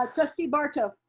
um trustee barto.